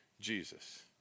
Jesus